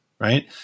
right